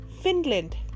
Finland